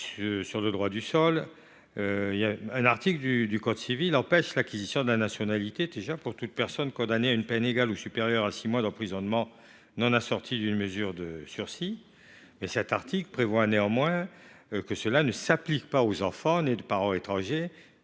au droit du sol. Un article du code civil empêche déjà l’acquisition de la nationalité par toute personne condamnée à une peine égale ou supérieure à six mois d’emprisonnement non assortie d’une mesure de sursis. Néanmoins, cet article ne s’applique pas aux enfants nés de parents étrangers